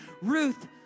Ruth